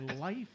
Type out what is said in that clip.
life